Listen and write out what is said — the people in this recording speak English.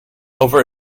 over